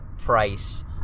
price